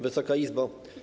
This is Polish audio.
Wysoka Izbo!